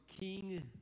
king